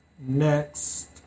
next